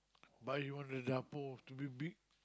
buy one reservoir big big